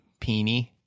Peeny